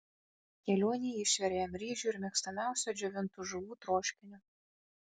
kelionei išvirė jam ryžių ir mėgstamiausio džiovintų žuvų troškinio